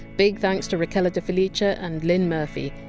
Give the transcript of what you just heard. big thanks to rachele de felice but and lynne murphy,